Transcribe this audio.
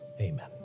Amen